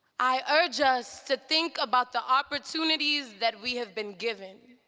i urge us to think about the opportunities that we have been given.